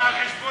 זה על חשבון